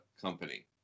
company